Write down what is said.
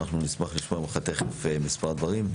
אנחנו נשמח לשמוע ממך תכף מספר דברים.